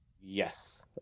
Yes